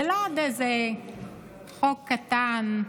זה לא עוד איזה חוק קטן,